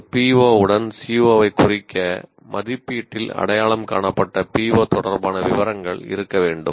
ஒரு PO உடன் CO ஐக் குறிக்க மதிப்பீட்டில் அடையாளம் காணப்பட்ட PO தொடர்பான விவரங்கள் இருக்க வேண்டும்